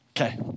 Okay